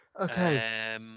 Okay